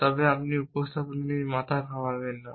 তবে আপনি উপস্থাপনা নিয়ে মাথা ঘামাবেন না